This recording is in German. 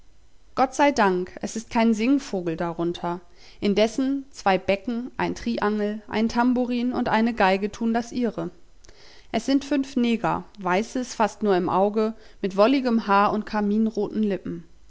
gott sei dank es ist kein singvogel darunter indessen zwei becken ein triangel ein tambourin und eine geige tun das ihre es sind fünf neger weißes fast nur im auge mit wolligem haar und karminroten lippen